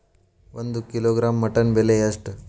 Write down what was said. ಒಂದು kilogram mutton ಬೆಲೆ ಎಷ್ಟ್?